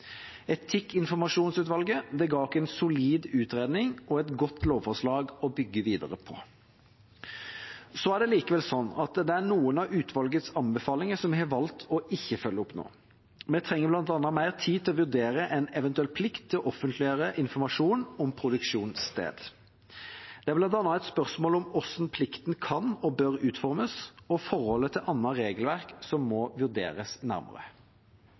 ga oss en solid utredning og et godt lovforslag å bygge videre på. Det er likevel sånn at det er noen av utvalgets anbefalinger vi har valgt ikke å følge opp nå. Vi trenger bl.a. mer tid til å vurdere en eventuell plikt til å offentliggjøre informasjon om produksjonssted. Det er bl.a. et spørsmål om hvordan plikten kan og bør utformes, og forholdet til annet regelverk må vurderes nærmere.